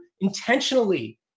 intentionally